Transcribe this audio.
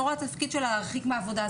המשטרה לא רואה את התפקיד שלה להרחיק מהעבודה,